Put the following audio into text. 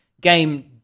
game